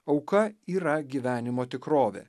auka yra gyvenimo tikrovė